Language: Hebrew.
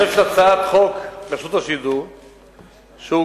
יש הצעת חוק רשות השידור שהוגשה